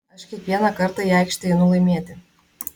aš kiekvieną kartą į aikštę einu laimėti